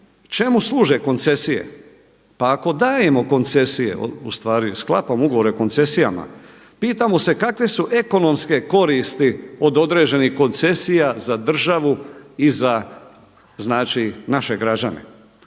čemu služe koncesije? Pa ako dajemo koncesije, u stvari sklapamo ugovore o koncesijama, pitamo se kakve su ekonomske koristi od određenih koncesija za državu i za znači naše građane?